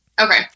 Okay